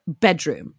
bedroom